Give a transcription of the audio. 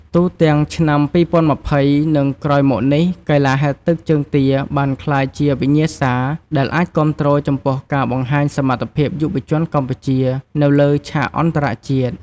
ទូទាំងឆ្នាំ ២០២០ និងក្រោយមកនេះ កីឡាហែលទឹកជើងទាបានក្លាយជា វិញ្ញាសាដែលអាចគាំទ្រចំពោះការបង្ហាញសមត្ថភាពយុវជនកម្ពុជានៅលើឆាកអន្តរជាតិ។